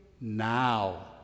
now